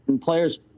players